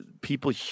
people